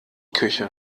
küche